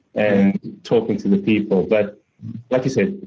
and talking to the people, but like i said,